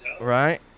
Right